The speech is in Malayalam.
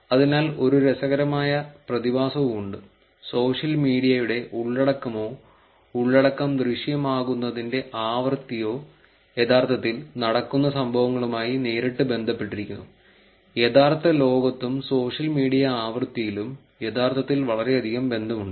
അതിനാൽ ഒരു രസകരമായ പ്രതിഭാസവും ഉണ്ട് സോഷ്യൽ മീഡിയയുടെ ഉള്ളടക്കമോ ഉള്ളടക്കം ദൃശ്യമാകുന്നതിന്റെ ആവൃത്തിയോ യഥാർത്ഥത്തിൽ നടക്കുന്ന സംഭവങ്ങളുമായി നേരിട്ട് ബന്ധപ്പെട്ടിരിക്കുന്നു യഥാർത്ഥ ലോകത്തും സോഷ്യൽ മീഡിയ ആവൃത്തിയിലും യഥാർത്ഥത്തിൽ വളരെയധികം ബന്ധമുണ്ട്